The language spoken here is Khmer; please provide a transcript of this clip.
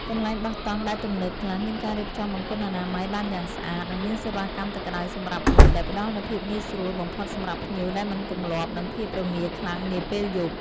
កន្លែងបោះតង់ដែលទំនើបខ្លះមានការរៀបចំបង្គន់អនាម័យបានយ៉ាងស្អាត និង មានសេវាកម្មទឹកក្តៅសម្រាប់ងូតដែលផ្តល់នូវភាពងាយស្រួលបំផុតសម្រាប់ភ្ញៀវដែលមិនទម្លាប់នឹងភាពរងាខ្លាំងនាពេលយប់។